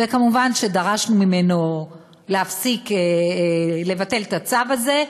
וכמובן דרשנו ממנו לבטל את הצו הזה,